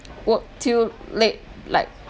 work till late like